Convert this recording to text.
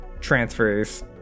transfers